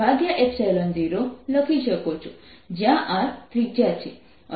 4πR20 લખી શકો છો જ્યાં R ત્રિજ્યા છે